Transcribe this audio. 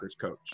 coach